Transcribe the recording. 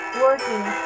working